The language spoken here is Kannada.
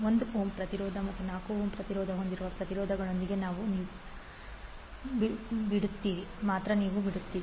1 ಓಮ್ ಪ್ರತಿರೋಧ ಮತ್ತು 4 ಓಮ್ ಪ್ರತಿರೋಧ ಹೊಂದಿರುವ ಪ್ರತಿರೋಧಗಳೊಂದಿಗೆ ಮಾತ್ರ ನೀವು ಬಿಡುತ್ತೀರಿ